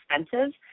expensive